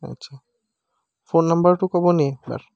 আচ্ছা ফোন নম্বৰটো ক'ব নেকি এবাৰ